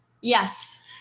Yes